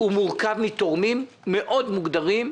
תורמים מוגדרים מאוד